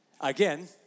Again